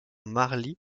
marly